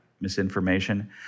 misinformation